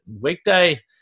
weekday